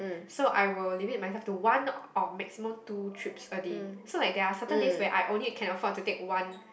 so I will limit myself to one or maximum two trips a day so like there are certain days where I only can afford to take one